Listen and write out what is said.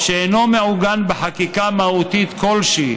שאינו מעוגן בחקיקה מהותית כלשהי